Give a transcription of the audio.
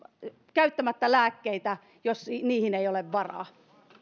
käyttämättä lääkkeitä kun niihin ei ole varaa